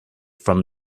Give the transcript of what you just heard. from